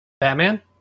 Batman